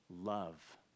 Love